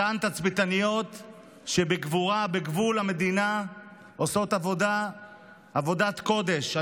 אותן תצפיתניות שבגבורה בגבול המדינה עושות עבודת קודש,